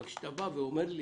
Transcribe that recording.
אבל כשאתה אומר לי